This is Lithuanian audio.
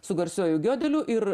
su garsiuoju giodeliu ir